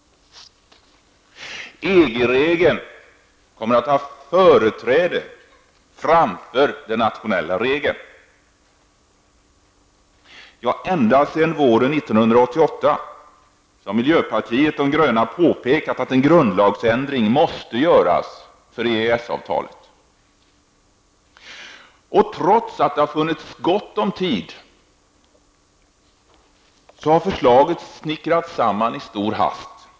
EG-regeln skall ha företräde framför den nationella regeln. Ända sedan våren 1988 har miljöpartiet de gröna påpekat att en grundlagsändring måste göras för EES-avtalet. Trots att det har funnits gott om tid har förslaget snickrats ihop i stor hast.